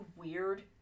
weird